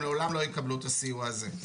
הם לעולם לא יקבלו את הסיוע הזה.